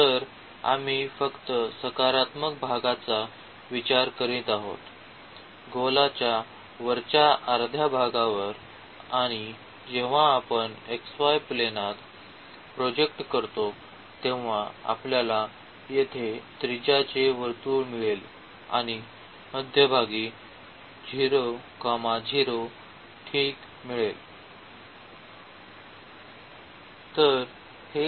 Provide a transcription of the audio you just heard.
तर आम्ही फक्त सकारात्मक भागाचा विचार करीत आहोत गोलाच्या वरच्या अर्ध्या भागावर आणि जेव्हा आपण xy प्लेनात प्रोजेक्ट करतो तेव्हा आपल्याला येथे त्रिज्याचे वर्तुळ मिळेल आणि मध्यभागी 0 0 ठीक मिळेल